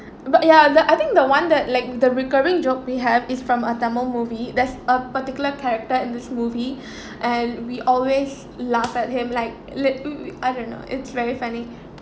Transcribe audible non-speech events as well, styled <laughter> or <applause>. but ya the I think the one that like the recurring joke we have is from a tamil movie there's a particular character in this movie <breath> and we always laugh at him like li~ I don't know it's very funny